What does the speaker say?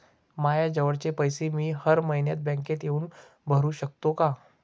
मायाजवळचे पैसे मी हर मइन्यात बँकेत येऊन भरू सकतो का?